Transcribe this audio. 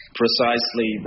precisely